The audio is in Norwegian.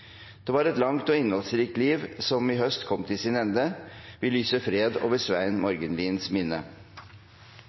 Det var et langt og innholdsrikt liv som i høst kom til sin ende. Vi lyser fred over Svein Morgenliens minne.